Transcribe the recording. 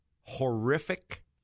horrific